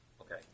Okay